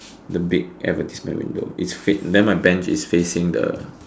the big advertisement window is then then my bench is facing the